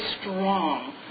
strong